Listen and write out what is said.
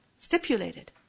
Stipulated